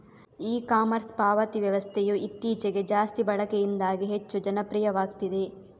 E commerce ಪಾವತಿ ವ್ಯವಸ್ಥೆಯು ಇತ್ತೀಚೆಗೆ ಜಾಸ್ತಿ ಬಳಕೆಯಿಂದಾಗಿ ಹೆಚ್ಚು ಜನಪ್ರಿಯವಾಗ್ತಿದೆ